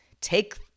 take